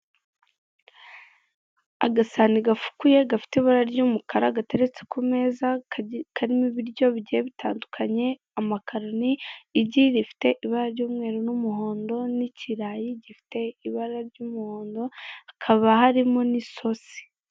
Agasahani gafukuye gafite ibara ry'umukara gateretse ku meza karimo ibiryo bigiye bitandukanye amakaroni, igi rifite ibara ry'umweru n'umuhondo n'ikirayi gifite ibara ry'umuhondo hakaba harimo n'isosi.